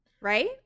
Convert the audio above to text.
right